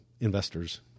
investors